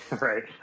Right